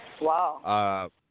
Wow